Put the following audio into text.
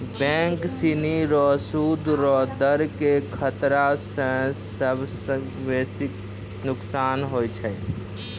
bank सिनी रो सूद रो दर के खतरा स सबसं बेसी नोकसान होय छै